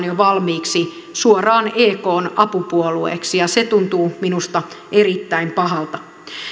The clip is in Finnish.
jo valmiiksi suoraan ekn apupuolueeksi se tuntuu minusta erittäin pahalta